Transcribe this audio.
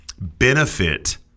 benefit